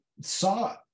saw